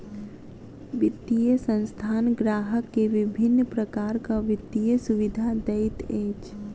वित्तीय संस्थान ग्राहक के विभिन्न प्रकारक वित्तीय सुविधा दैत अछि